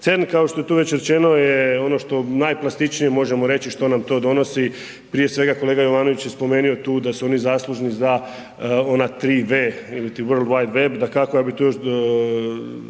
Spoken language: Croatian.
CERN kao što je tu već rečeno, je ono što najklasičnije možemo reći što nam to donosi, prije svega, kolega Jovanović je spomenuo tu da su oni zaslužni za ona tri w …/Govornik se ne razumije/…dakako, ja bi tu još